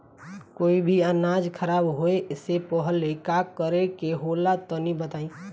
कोई भी अनाज खराब होए से पहले का करेके होला तनी बताई?